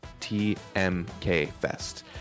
TMKFest